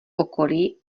okolí